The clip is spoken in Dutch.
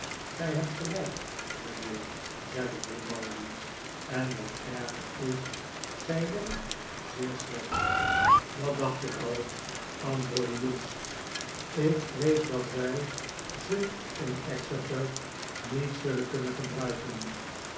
gij hebt gelijk mijnheer zeide g rimaldi en wat erger is zij werkt zeer slecht dat dacht ik al antwoordde hughes ik vrees dat wij ze in exeter niet zullen kunnen gebruiken